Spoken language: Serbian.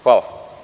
Hvala.